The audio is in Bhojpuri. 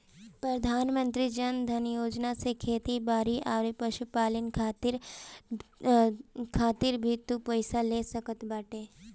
प्रधानमंत्री जन धन योजना से खेती बारी अउरी पशुपालन खातिर भी तू पईसा ले सकत बाटअ